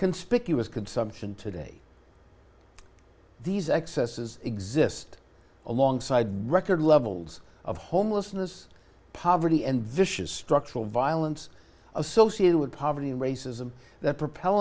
conspicuous consumption today these excesses exist alongside record levels of homelessness poverty and vicious structural violence associated with poverty and racism that propel